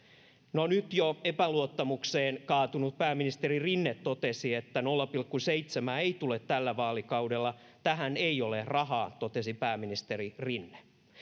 no nyt jo epäluottamukseen kaatunut pääministeri rinne totesi että nolla pilkku seitsemän ei tule tällä vaalikaudella tähän ei ole rahaa totesi pääministeri rinne